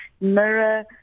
mirror